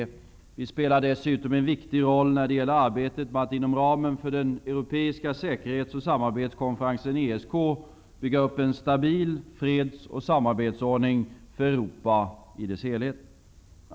Vi spelar dessutom en viktig roll när det gäller arbetet på att inom ramen för den europeiska säkerhets och samarbetskonferensen, ESK, bygga upp en stabil freds och samarbetsordning för Europa i dess helhet.